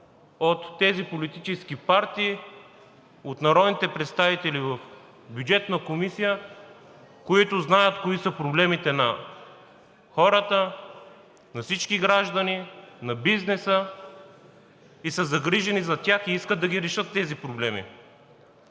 от тези политически партии, от народните представители в Бюджетната комисия, които знаят кои са проблемите на хората, на всички граждани, на бизнеса и са загрижени за тях, и искат да ги решат тези проблеми.